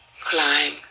climb